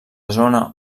zona